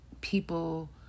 people